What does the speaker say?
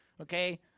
okay